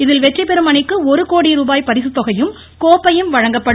இதில் வெற்றிபெறும் அணிக்கு ஒரு கோடிரூபாய் பரிசுத்தொகையும் கோப்பையும் வழங்கப்படும்